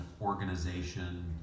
organization